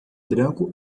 branco